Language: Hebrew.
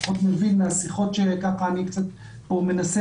עוד מבין מהשיחות שאי ככה קצת מנסה